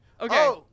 Okay